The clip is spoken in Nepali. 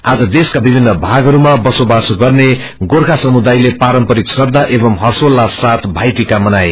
आज देशका विभिन्न भागहरूमा बसोबासो गर्ने गोर्खा समुदायले पारम्परिक श्रदा एवं क्वेल्लास सागि भाई टिका मनाए